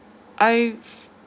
I've